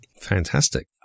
Fantastic